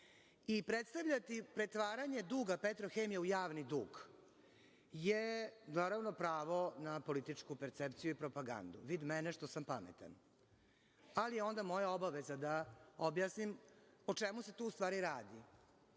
poslove. Predstavljati pretvaranje duga Petrohemije u javni dug je, naravno, pravo na političku percepciju i propagandu, vid, mene što sam pametan, ali je onda moja obaveza da objasnim o čemu se tu u stvari radi. Radi